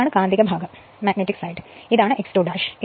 ഇതാണ് കാന്തിക ഭാഗം ഇതാണ് x 2 ഇത് r2 S ആണ്